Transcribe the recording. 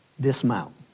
dismount